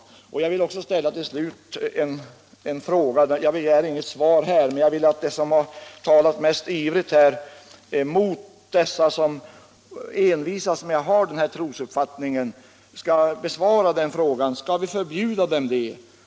Till slut vill jag ställa en fråga som jag inte begär att få något svar på just nu. Dem som ivrigast talat mot alla som envisas med att ha den trosuppfattning som jag talat om vill jag fråga: Skall vi införa ett förbud för dessa människor?